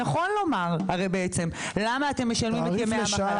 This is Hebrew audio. נכון לומר הרי בעצם למה אתם משלמים את ימי המחלה.